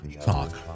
talk